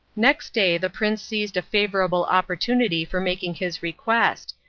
next day the prince seized a favourable opportunity for making his request,